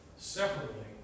separately